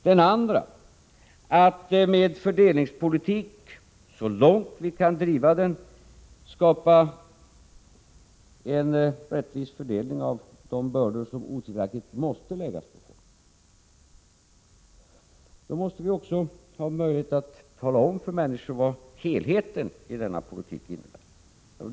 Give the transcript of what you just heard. Den andra verksamheten innebär att vi med fördelningspolitik, så långt vi kan driva den, skapar en rättvis fördelning av de bördor som otvivelaktigt måste läggas på människor. Då måste vi också ha möjlighet att tala om för människor vad helheten i denna politik innebär.